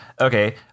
Okay